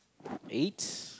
eight